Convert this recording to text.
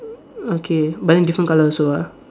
okay but then different colour also ah